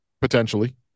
potentially